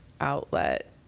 outlet